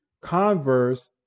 converse